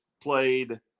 played